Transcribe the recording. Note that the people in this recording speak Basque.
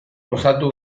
osatu